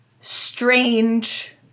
strange